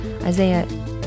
Isaiah